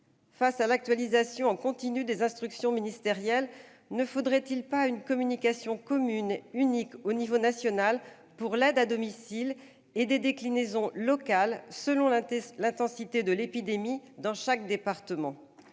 Face à l'actualisation en continu des instructions ministérielles, ne faudrait-il pas une communication commune, unique à l'échelon national, pour l'aide à domicile avec des déclinaisons locales selon l'intensité de l'épidémie dans chaque département ?